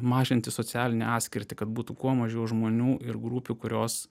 mažinti socialinę atskirtį kad būtų kuo mažiau žmonių ir grupių kurios